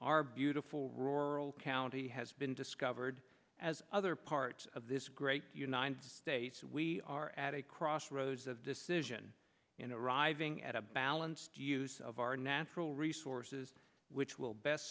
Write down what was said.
our beautiful rural county has been discovered as other parts of this great united states we are at a crossroads of decision in a rising at a balanced use of our natural resources which will best